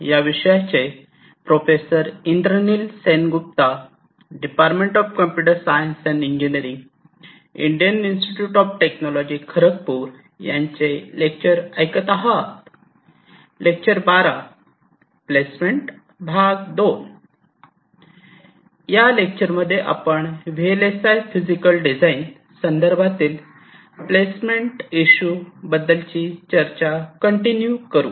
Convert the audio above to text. या लेक्चर मध्ये आपण V L S I physical design संदर्भातील प्लेसमेंट इशू बद्दलची चर्चा कंटिन्यू करू